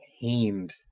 pained